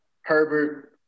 Herbert